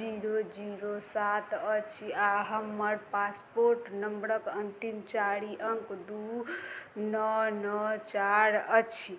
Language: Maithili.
जीरो जीरो सात अछि आओर हमर पासपोर्ट नम्बरके अन्तिम चारि अङ्क दुइ नओ नओ चार अछि